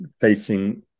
facing